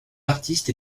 artistes